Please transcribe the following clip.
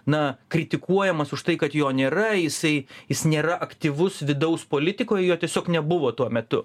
na kritikuojamas už tai kad jo nėra jisai jis nėra aktyvus vidaus politikoj jo tiesiog nebuvo tuo metu